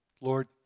Lord